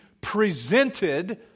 presented